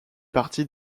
partie